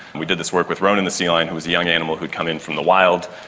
we did this work with ronan the sea lion who was a young animal who had come in from the wild.